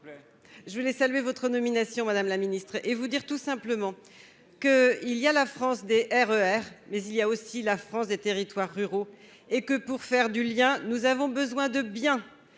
je voulais saluer votre nomination Madame la ministre et vous dire tout simplement que, il y a la France D RER mais il y a aussi la France des territoires ruraux et que pour faire du lien, nous avons besoin de bien